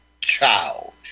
child